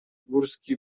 górski